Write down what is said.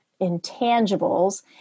intangibles